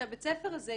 שבית הספר הזה,